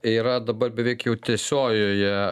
yra dabar beveik jau tiesiojoje